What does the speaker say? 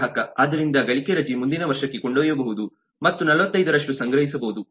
ಗ್ರಾಹಕ ಆದ್ದರಿಂದ ಗಳಿಕೆ ರಜೆ ಮುಂದಿನ ವರ್ಷಕ್ಕೆ ಕೊಂಡೊಯ್ಯಬಹುದು ಮತ್ತು 45 ರಷ್ಟುಸಂಗ್ರಹಿಸಬಹುದು